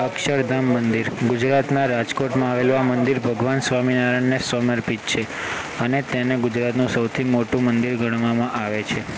અક્ષરધામ મંદિર ગુજરાતનાં રાજકોટમાં આવેલું આ મંદિર ભગવાન સ્વામિનારાયણને સમર્પિત છે અને તેને ગુજરાતનું સૌથી મોટું મંદિર ગણવામાં આવે છે